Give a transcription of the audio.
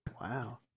Wow